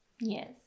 Yes